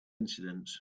incidents